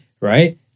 right